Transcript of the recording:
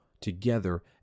together